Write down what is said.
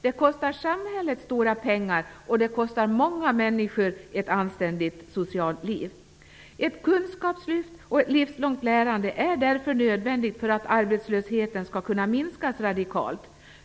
Det kostar samhället stora pengar, och det kostar många människor ett anständigt socialt liv. Ett kunskapslyft och ett livslångt lärande är därför nödvändigt för att arbetslösheten skall kunna minskas radikalt.